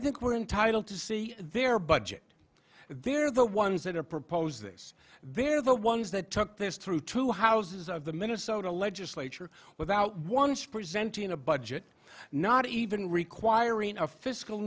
think we're entitled to see their budget they're the ones that are proposed this they're the ones that took this through two houses of the minnesota legislature without once presenting a budget not even requiring a fiscal